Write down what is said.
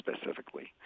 specifically